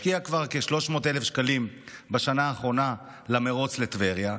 השקיע כבר כ-300,000 שקלים בשנה האחרונה במרוץ בטבריה,